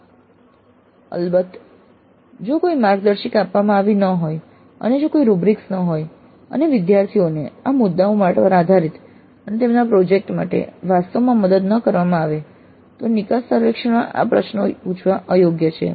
અલબત્ત જો કોઈ માર્ગદર્શિકા આપવામાં આવી ન હોય અને જો કોઈ રૂબ્રિક્સ ન હોય અને વિદ્યાર્થીઓને આ મુદ્દાઓ પર આધારિત તેમના પ્રોજેક્ટ કરવા માટે વાસ્તવમાં મદદ ન કરવામાં આવે તો નિકાસ સર્વેક્ષણમાં આ પ્રશ્નો પૂછવા અયોગ્ય છે